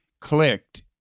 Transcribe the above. clicked